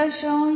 1